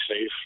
safe